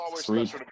three